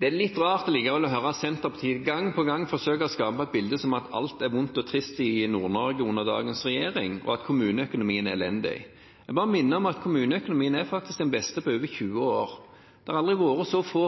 er allikevel litt rart å høre Senterpartiet gang på gang forsøke å skape et bilde av at alt er vondt og trist i Nord-Norge under dagens regjering, og at kommuneøkonomien er elendig. Jeg bare minner om at kommuneøkonomien faktisk er den beste på over 20 år. Det har aldri vært så få